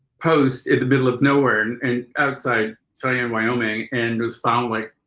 post in the middle of nowhere and outside cheyenne, wyoming. and was found like,